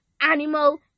animal